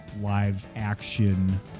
live-action